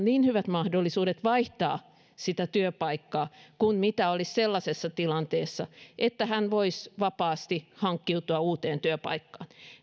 niin hyvät mahdollisuudet vaihtaa sitä työpaikkaa kuin olisi sellaisessa tilanteessa jossa hän voisi vapaasti hankkiutua uuteen työpaikkaan